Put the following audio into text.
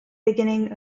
beginning